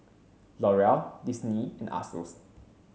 L'Oreal Disney and Asus